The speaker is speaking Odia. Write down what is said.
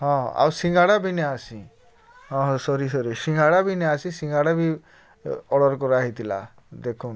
ହଁ ଆଉ ଶିଙ୍ଘାଡ଼ା ବି ନେଆସି ହଁ ହଁ ସରି ସରି ସିଙ୍ଗାଡ଼ା ବି ନିଆସି ଶିଙ୍ଘାଡ଼ା ବି ଅର୍ଡ଼ର୍ କରାହେଇଥିଲା ଦେଖୁନ୍